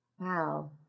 Wow